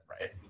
Right